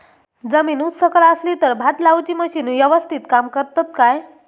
जमीन उच सकल असली तर भात लाऊची मशीना यवस्तीत काम करतत काय?